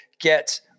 get